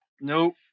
nope